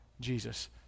jesus